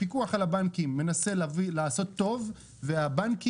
הפיקוח על הבנקים מנסה לעשות טוב והבנקים